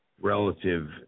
relative